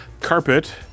carpet